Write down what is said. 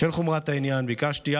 בשל חומרת העניין ביקשתי,